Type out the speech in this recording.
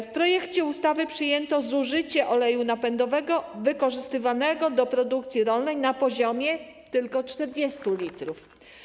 W projekcie ustawy przyjęto zużycie oleju napędowego wykorzystywanego do produkcji rolnej na poziomie tylko 40 l.